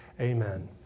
Amen